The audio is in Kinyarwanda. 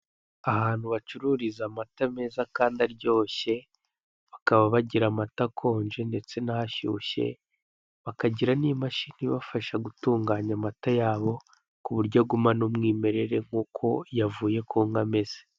Ahantu bacururiza amata meza kandi aryoshye, bakaba bagira amata akonje ndetse n'ahashyushye bakagira n'imashini ibafasha gutunganya amata yabo ku buryo agumana umwimerere nk'uko yavuye ku nka ameze.